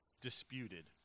disputed